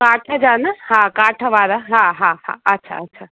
काठ जा न हा काठ वारा हा हा हा अच्छा अच्छा